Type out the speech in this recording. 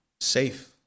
safe